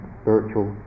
spiritual